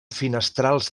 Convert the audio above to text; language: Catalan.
finestrals